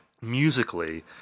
musically